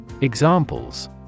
Examples